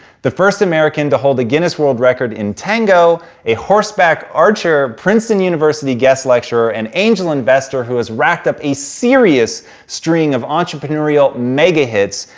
the first american to hold the guinness world record in tango, a horseback archer, princeton university guest lecturer, and angel investor who has racked up a serious string of entrepreneurial maga hits,